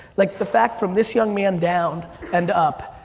like the fact from this young man down and up,